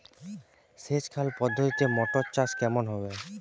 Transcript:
সেচ খাল পদ্ধতিতে মটর চাষ কেমন হবে?